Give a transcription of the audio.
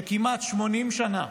שכמעט 80 שנה